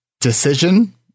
decision